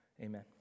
amen